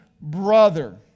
brother